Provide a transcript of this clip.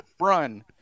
run